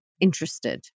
Interested